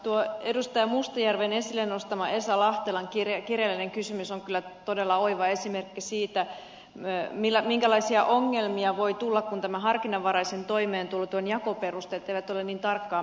tuo edustaja mustajärven esille nostama esa lahtelan kirjallinen kysymys on kyllä todella oiva esimerkki siitä minkälaisia ongelmia voi tulla kun tämän harkinnanvaraisen toimeentulotuen jakoperusteet eivät ole niin tarkkaan määritellyt